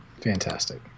fantastic